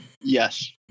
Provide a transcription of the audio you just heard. Yes